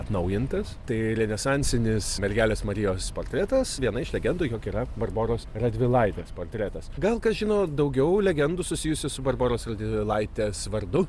atnaujintas tai renesansinis mergelės marijos portretas viena iš legendų jog yra barboros radvilaitės portretas gal kas žino daugiau legendų susijusių su barboros radvilaitės vardu